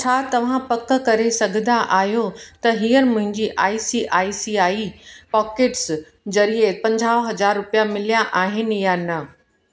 छा तव्हां पकु करे सघंदा आहियो त हीअंर मुंहिंजी I C I C I pockets ज़रिए पंजाहु हज़ार रुपया मिलिया आहिनि या न